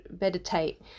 meditate